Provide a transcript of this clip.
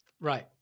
Right